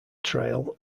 trail